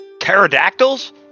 Pterodactyls